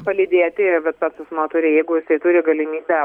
palydėti vat tas asmuo jeigu jisai turi galimybę